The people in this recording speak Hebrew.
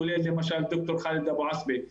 כולל למשל ד"ר ח'אלד אבו עסבה.